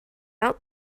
out